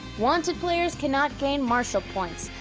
wanted players cannot gain marshal points,